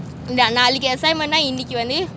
நாளைக்கி:naalaki assignment nah இண்டகி வந்து:indaki vanthu